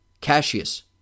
Cassius